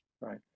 right